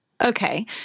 Okay